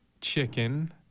chicken